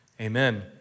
amen